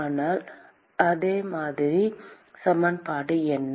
அதனால் மாதிரி சமன்பாடு என்ன